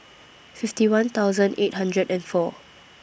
fifty one thousand eight hundred and four